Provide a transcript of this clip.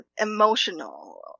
emotional